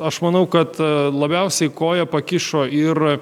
aš manau kad labiausiai koją pakišo ir